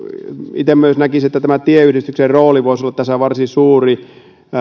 itse näkisin myös että tieyhdistyksen rooli voisi olla tässä varsin suuri